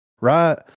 right